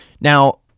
Now